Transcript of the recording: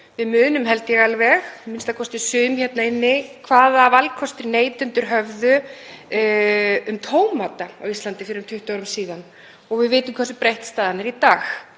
Við munum, a.m.k. sum hérna inni, hvaða val neytendur höfðu um tómata á Íslandi fyrir um 20 árum síðan og við vitum hversu breytt staðan er í dag,